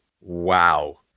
Wow